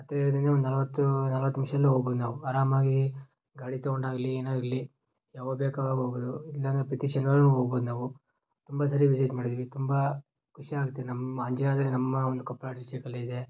ಹತ್ತಿರವಿರೋದ್ರಿಂದ ಒಂದು ನಲವತ್ತು ನಲವತ್ತು ನಿಮಿಷ್ದಲ್ ಹೋಗ್ಬೋದು ನಾವು ಅರಾಮಾಗೀ ಗಾಡಿ ತಗೊಂಡು ಆಗಲೀ ಏನಾರು ಇರಲಿ ಯಾವಾಗ ಬೇಕು ಅವಾಗ ಹೋಗೋದು ಇಲ್ಲ ಅಂದ್ರೆ ಪ್ರತಿ ಶನಿವಾರನೂ ಹೋಗ್ಬೋದು ನಾವು ತುಂಬ ಸರಿ ವಿಸಿಟ್ ಮಾಡಿದೀವಿ ತುಂಬ ಖುಷಿ ಆಗುತ್ತೆ ನಮ್ಮ ಅಂಜನಾದ್ರಿ ನಮ್ಮ ಒಂದು ಕೊಪ್ಪಳ ಡಿಸ್ಟಿಕಲ್ಲಿ ಇದೆ